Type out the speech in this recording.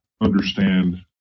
understand